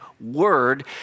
word